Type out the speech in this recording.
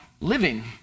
living